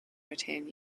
retain